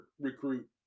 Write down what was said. recruit